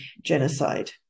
genocide